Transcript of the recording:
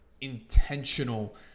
intentional